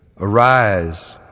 Arise